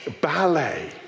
ballet